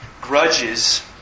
grudges